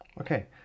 okay